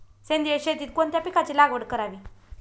सेंद्रिय शेतीत कोणत्या पिकाची लागवड करावी?